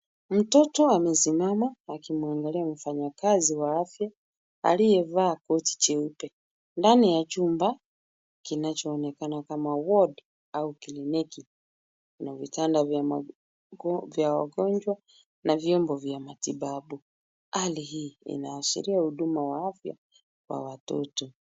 Mtoto amesimama, akimuangalia mfanyakazi wa afya aliyevaa koti jeupe. Ndani ya chumba, kinacho onekana kama ward au kliniki. Na vitanda vya magonjwa na vyombo vya matibabu. Hali hii ina ashiria huduma wa afya kwa watoto.